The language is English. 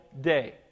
day